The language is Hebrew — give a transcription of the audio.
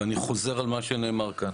ואני חוזר על מה שנאמר כאן.